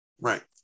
Right